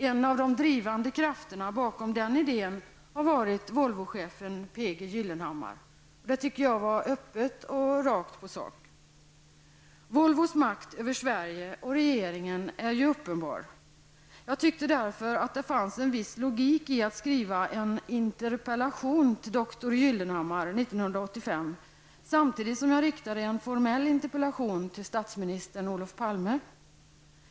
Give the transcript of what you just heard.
En av de drivande krafterna bakom den idén har varit Volvochefen P G Detta tycker jag var öppet och rakt på sak. Volvos makt över Sverige och regeringen är ju uppenbar. Jag tyckte därför att det fanns en viss logik i att skriva en ''interpellation'' till dr Gyllenhammar 1985 samtidigt som jag riktade en formell interpellation till statsminister Olof Palme.